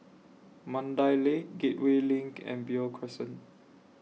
Mandai Lake Gateway LINK and Beo Crescent